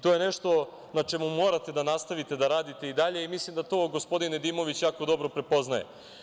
To je nešto na čemu morate da nastavite da radite i dalje i mislim da to gospodin Nedimović jako dobro prepoznaje.